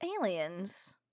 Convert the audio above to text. aliens